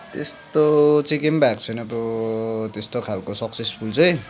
त्यस्तो चाहिँ केही पनि भएको छैन अब त्यस्तो खालको सक्सेसफुल चाहिँ